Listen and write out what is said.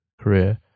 career